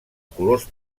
colors